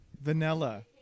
Vanilla